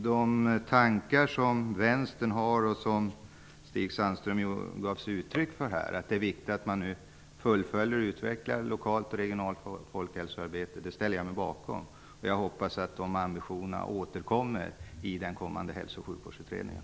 De tankar som vänstern har och som Stig Sandström gav uttryck för - att det är viktigt att man fullföljer och utvecklar det lokala och regionala folkhälsoarbetet - ställer jag mig bakom. Jag hoppas att de ambitionerna återkommer i den kommande hälso och sjukvårdsutredningen.